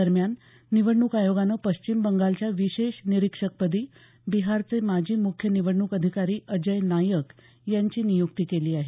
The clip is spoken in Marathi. दरम्यान निवडणूक आयोगानं पश्चिम बंगालच्या विशेष निरीक्षकपदी बिहारचे माजी मुख्य निवडणूक अधिकारी अजय नायक यांची नियुक्ती केली आहे